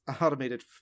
automated